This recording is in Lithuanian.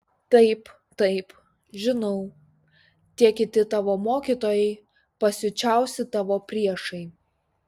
taip taip žinau tie kiti tavo mokytojai pasiučiausi tavo priešai